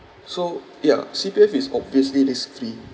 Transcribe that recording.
so ya C_P_F is obviously risk free